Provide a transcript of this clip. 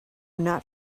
not